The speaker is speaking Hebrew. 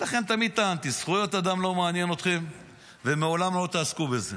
לכן תמיד טענתי: זכויות אדם לא מעניינות אתכם ולעולם לא תעסקו בזה.